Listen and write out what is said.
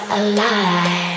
alive